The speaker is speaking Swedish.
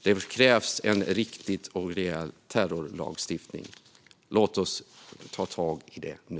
Det krävs en riktig och rejäl terrorlagstiftning. Låt oss ta tag i det nu!